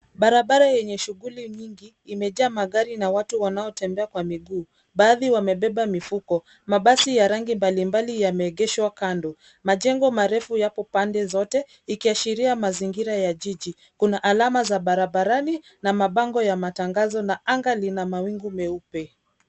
Barabara yenye shughuli nyingi imejaa magari na watu wanaotembea kwa miguu. Baadhi wamebeba mifuko. Mabasi ya rangi mbalimbali yameegeshwa kando. Majengo marefu yapo pande zote ikiashiria mazingira ya jiji. Kuna alama za barabarani na mabango ya matangazo na anga lina mawingu meupe.